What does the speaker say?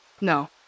No